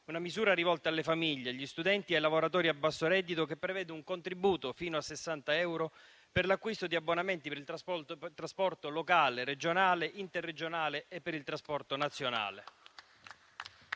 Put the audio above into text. Una misura rivolta alle famiglie, agli studenti e ai lavoratori a basso reddito, che prevede un contributo fino a 60 euro per l'acquisto di abbonamenti per il trasporto locale, regionale, interregionale e nazionale.